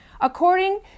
According